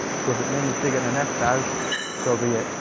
so if it means digging a nest out so be it.